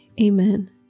Amen